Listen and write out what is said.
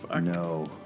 No